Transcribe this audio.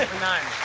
nine,